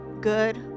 good